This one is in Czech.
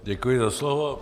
Děkuji za slovo.